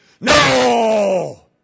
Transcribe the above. No